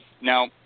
Now